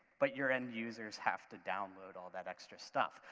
but your end users have to download all that extra stuff.